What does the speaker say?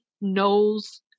knows